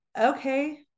okay